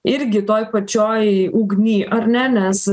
irgi toj pačioj ugny ar ne nes